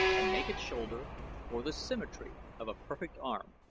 a naked shoulder or the symmetry of a perfect arm,